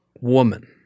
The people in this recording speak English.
woman